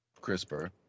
CRISPR